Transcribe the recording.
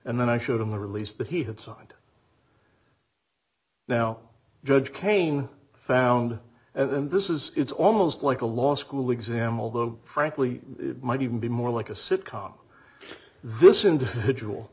and then i showed him the release that he had signed now judge kane found and this is it's almost like a law school exam although frankly it might even be more like a sit com this individual